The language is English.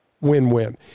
win-win